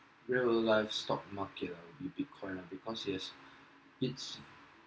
real life stock market ah will be Bitcoin lah because it has its